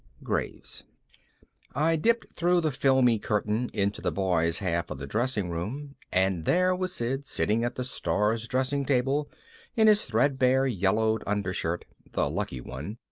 graves i dipped through the filmy curtain into the boys' half of the dressing room and there was sid sitting at the star's dressing table in his threadbare yellowed undershirt, the lucky one,